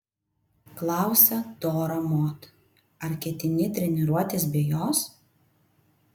klausia dora mod ar ketini treniruotis be jos